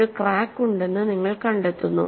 ഒരു ക്രാക്ക് ഉണ്ടെന്ന് നിങ്ങൾ കണ്ടെത്തുന്നു